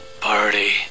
Party